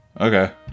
Okay